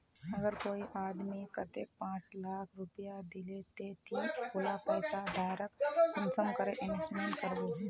अगर कोई आदमी कतेक पाँच लाख रुपया दिले ते ती उला पैसा डायरक कुंसम करे इन्वेस्टमेंट करबो?